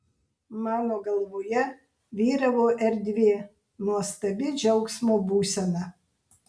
mano galvoje vyravo erdvė nuostabi džiaugsmo būsena